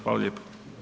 Hvala lijepo.